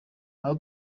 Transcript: aho